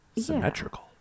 symmetrical